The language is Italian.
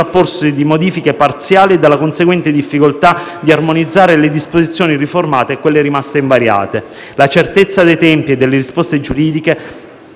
sovrapporsi di modifiche parziali e dalla conseguente difficoltà di armonizzare le disposizioni riformate e quelle rimaste invariate. La certezza dei tempi e delle risposte giuridiche